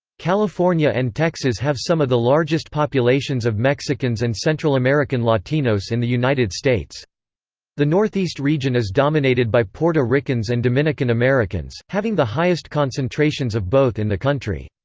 california and texas have some of the largest populations of mexicans and central american latinos in the united states the northeast region is dominated by puerto ricans and dominican americans, having the highest concentrations of both in the country.